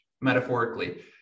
metaphorically